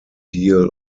deal